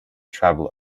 travel